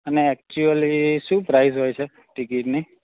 અને એકચ્યુલી શું પ્રાઇસ હોય છે ટિકિટની